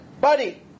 buddy